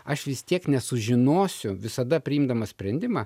aš vis tiek nesužinosiu visada priimdamas sprendimą